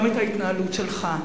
גם את ההתנהלות שלך: